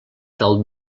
del